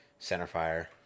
centerfire